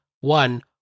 One